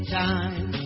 time